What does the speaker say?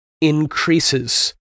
increases